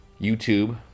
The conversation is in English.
YouTube